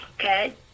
Okay